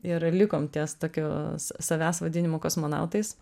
ir likom ties tokiu sa savęs vadinimu kosmonautais